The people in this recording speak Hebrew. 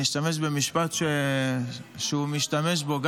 אני אשתמש במשפט שגם הוא משתמש בו.